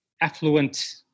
affluent